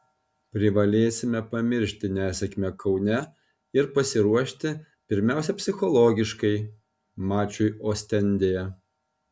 privalėsime pamiršti nesėkmę kaune ir pasiruošti pirmiausiai psichologiškai mačui ostendėje